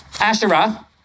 Asherah